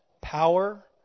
power